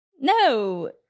no